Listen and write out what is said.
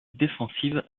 défensive